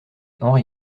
henri